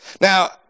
Now